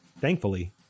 Thankfully